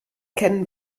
kennen